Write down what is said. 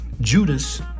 Judas